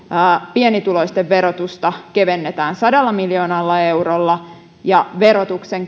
pienituloisten verotusta kevennetään sadalla miljoonalla eurolla verotuksen